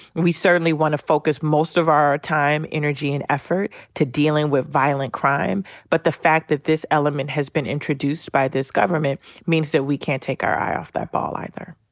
and we certainly want to focus most of our time, energy, and effort to dealing with violent crime. but the fact that this element has been introduced by this government means that we can't take our eye off that ball either.